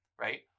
right